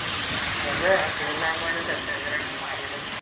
అదే అరటిపళ్ళు వ్యాపారి సత్య గారేనా మాట్లాడేది